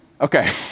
Okay